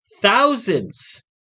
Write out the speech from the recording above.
thousands